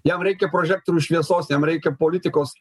jam reikia prožektorių šviesos jam reikia politikos